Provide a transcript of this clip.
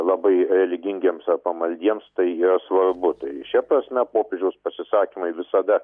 labai religingiems ar pamaldiems tai yra svarbu tai šia prasme popiežiaus pasisakymai visada